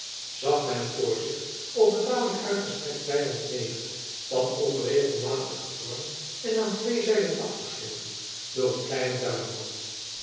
zag men voor zich op een tamelijk uitgestrekt weiland neder van onregelmatigen vorm en aan twee zijden afgesloten door een kleinen